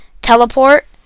teleport